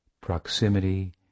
proximity